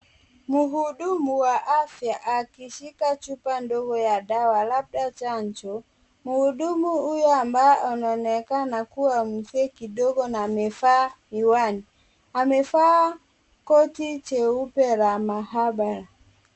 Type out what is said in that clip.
Mhudumu wa afya akishika chupa ndogo ya dawa labda chanjo. Mhudumu huyo ambaye anaonekana kuwa mzee kidogo na amevaa miwani, amevaa koti jeupe la maabara.